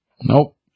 Nope